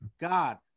God